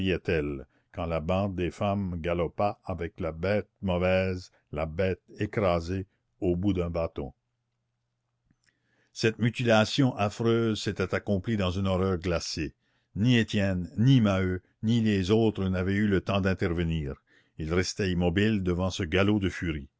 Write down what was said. quand la bande des femmes galopa avec la bête mauvaise la bête écrasée au bout du bâton cette mutilation affreuse s'était accomplie dans une horreur glacée ni étienne ni maheu ni les autres n'avaient eu le temps d'intervenir ils restaient immobiles devant ce galop de furies